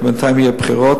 כי בינתיים יהיו בחירות,